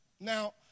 Now